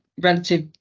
relative